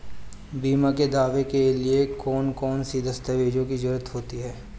बीमा के दावे के लिए कौन कौन सी दस्तावेजों की जरूरत होती है?